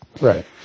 Right